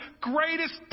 greatest